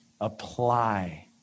apply